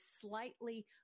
slightly